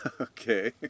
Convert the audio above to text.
Okay